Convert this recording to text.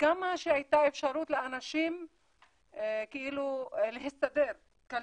וכמה שהייתה אפשרות לאנשים להסתדר כלכלית,